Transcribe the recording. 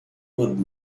would